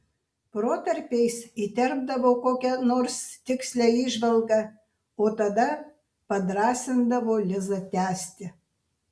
protarpiais įterpdavo kokią nors tikslią įžvalgą o tada padrąsindavo lizą tęsti